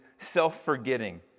self-forgetting